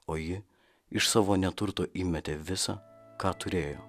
o ji iš savo neturto įmetė visa ką turėjo